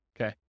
Okay